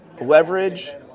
leverage